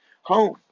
home